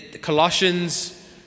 Colossians